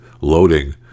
loading